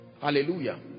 Hallelujah